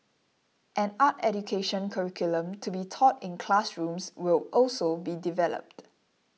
an art education curriculum to be taught in classrooms will also be developed